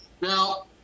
Now